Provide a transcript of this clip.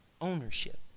Ownership